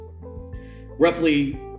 Roughly